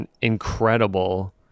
incredible